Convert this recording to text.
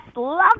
love